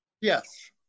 Yes